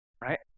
right